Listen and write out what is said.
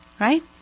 Right